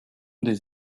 des